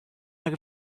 jak